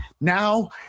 now